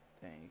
Thank